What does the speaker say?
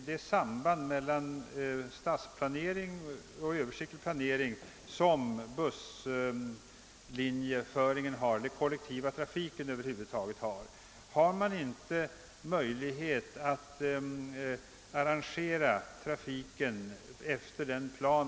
Det samband mellan stadsplanering och översiktsplanering som busslinjeföringen och den koHektiva trafiken över huvud taget har anser jag talar för att man kan acceptera själva principen i propositionsförslaget.